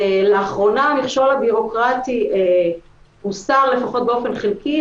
לאחרונה המכשול הבירוקרטי הוסר לפחות באופן חלקי.